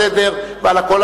לסדר ולכול,